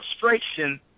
frustration